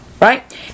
right